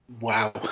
wow